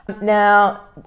Now